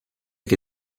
che